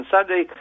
Sunday